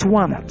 one